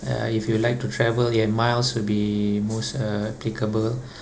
uh if you like to travel ya miles will be most applicable